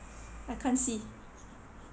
I can't see